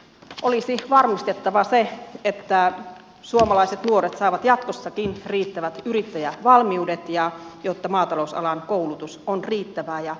olisi varmistettava se että suomalaiset nuoret saavat jatkossakin riittävät yrittäjävalmiudet jotta maatalousalan koulutus on riittävää ja oikein suunnattua